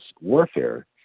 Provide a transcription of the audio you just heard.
warfare